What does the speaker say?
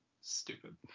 Stupid